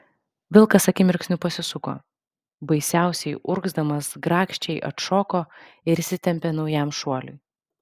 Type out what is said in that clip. vilkas akimirksniu pasisuko baisiausiai urgzdamas grakščiai atšoko ir įsitempė naujam šuoliui